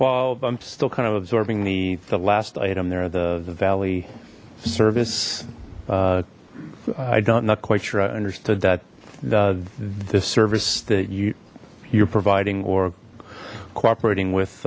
well i'm still kind of absorbing the the last item there the the valley service i don't not quite sure i understood that the the service that you you're providing or cooperating with